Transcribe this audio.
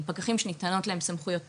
פקחים, פקחים שניתנות להם סמכויות פיקוח,